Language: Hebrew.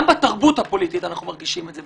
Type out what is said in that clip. גם בתרבות הפוליטית אנחנו מרגישים את זה.